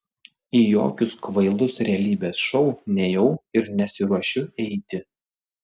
į jokius kvailus realybės šou nėjau ir nesiruošiu eiti